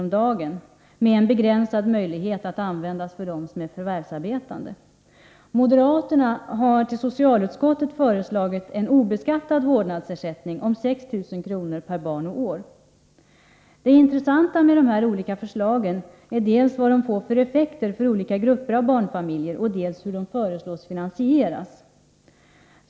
om dagen, med en begränsad möjlighet att användas av dem som är förvärvsarbetande. Det intressanta med de här olika förslagen är dels vad de får för effekter för olika grupper av barnfamiljer, dels hur de föreslås finansieras.